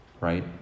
right